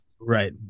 Right